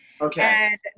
Okay